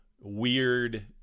weird